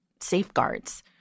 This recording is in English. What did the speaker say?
safeguards